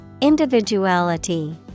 Individuality